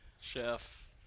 Chef